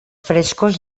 frescos